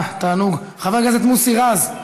אה, תענוג, חבר הכנסת מוסי רז,